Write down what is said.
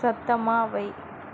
சத்தமாக வை